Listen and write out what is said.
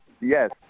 Yes